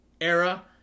era